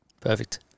Perfect